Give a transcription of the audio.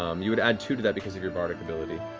um you would add two to that because of your bardic ability.